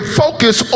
focus